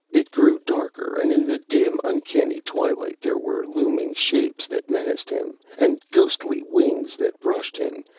it grew darker, and in the dim uncanny twilight there were looming shapes that menaced him, and ghostly wings that brushed him,